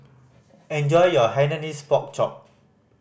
enjoy your Hainanese Pork Chop